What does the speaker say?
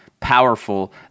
powerful